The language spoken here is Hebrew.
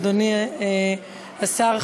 אדוני השר,